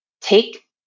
take